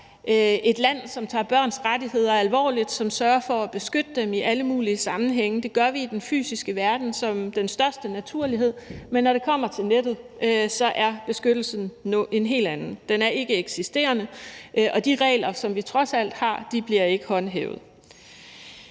et land, som tager børns rettigheder alvorligt, som sørger for at beskytte dem i alle mulige sammenhænge. Det gør vi i den fysiske verden som den største naturlighed, men når det kommer til nettet, er beskyttelsen en helt anden. Den er ikkeeksisterende, og de regler, som vi trods alt har, bliver ikke håndhævet.